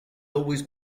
always